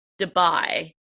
Dubai